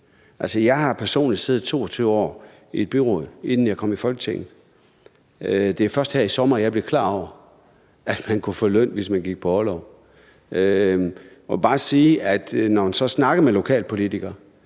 Jeg har personligt siddet 22 år i et byråd, inden jeg kom i Folketinget, og det var først her i sommer, jeg blev klar over, at man kunne få løn, hvis man gik på orlov. Man må bare sige, at når man så snakker med lokalpolitikere